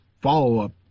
follow-up